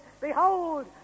Behold